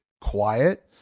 quiet